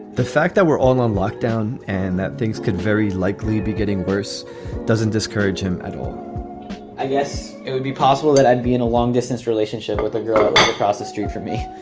the fact that we're all on lockdown and that things could very likely be getting worse doesn't discourage him at all i guess it would be possible that i'd be in a long distance relationship with a girl across the street from me